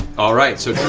all right, so